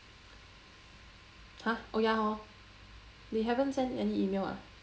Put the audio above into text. !huh! oh ya hor they haven't send any email ah